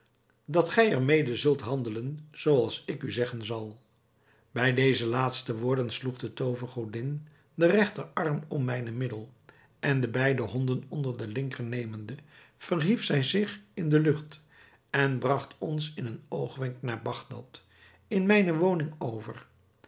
dat gij er mede zult handelen zoo als ik u zeggen zal bij deze laatste woorden sloeg de toovergodin den regter arm om mijne middel en de beide honden onder den linker nemende verhief zij zich in de lucht en bragt ons in een oogwenk naar bagdad in mijne woning over